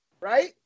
right